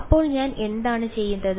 അപ്പോൾ ഞാൻ എന്താണ് ചെയ്തത്